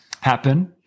happen